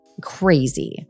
crazy